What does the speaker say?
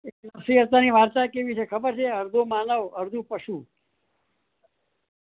એ નરસિંહ અવતારની વાર્તા કેવી છે ખબર છે અડધો માનવ અડધું પશુ